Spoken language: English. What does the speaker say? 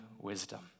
wisdom